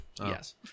Yes